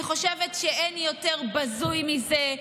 אני חושבת שאין יותר בזוי מזה,